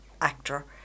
actor